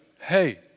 hey